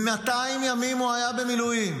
200 ימים הוא היה במילואים,